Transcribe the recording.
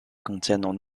contiennent